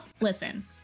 Listen